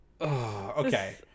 Okay